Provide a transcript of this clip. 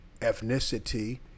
ethnicity